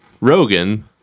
rogan